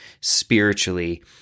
spiritually